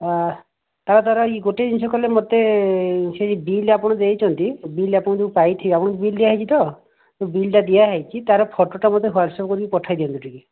ଆଉ ତା'ର ଇଏ ଗୋଟେ ଜିନିଷ କହିଲେ ମୋତେ ସେଇ ବିଲ୍ ଆପଣ ଦେଇଛନ୍ତି ସେ ବିଲ୍ ଆପଣ ଯୋଉ ପାଇଥିବେ ଆପଣ ବିଲ୍ ଦିଆହେଇଛି ତ ଯୋଉ ବିଲ୍ଟା ଦିଆହେଇଛି ତା'ର ଫୋଟୋ ଟା ମୋତେ ହ୍ଵାଟ୍ସପ୍ କରିକି ପଠାଇ ଦିଅନ୍ତୁ ଟିକିଏ